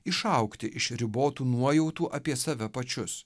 išaugti iš ribotų nuojautų apie save pačius